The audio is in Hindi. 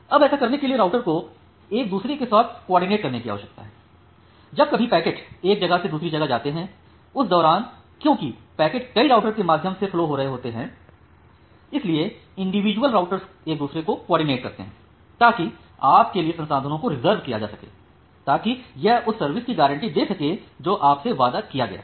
अब ऐसा करने के लिए राउटर को एक दूसरे के साथ कॉर्डिनेट करने की आवश्यकता है जब कभी पैकेट एक जगह से दूसरी जगह जाते हैं उस दौरान क्योंकि पैकेट कई राउटरके माध्यम से फ्लो हो रहे होते है इसलिए इंडिविजुअल राउटर्स एक दूसरे को कोऑर्डिनेट करते है ताकि आपके लिए संसाधनों को रिज़र्व किया जा सके ताकि यह उस सर्विस की गारंटी दे सके जो आपसे वादा किया गया है